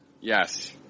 Yes